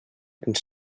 ens